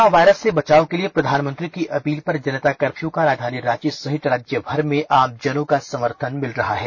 corona virus से बचाव के लिए प्रधानमंत्री की अपील पर जनता कर्फ्यू का राजधानी रांची सहित राज्यभर में आमजनों का समर्थन मिल रहा है